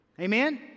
Amen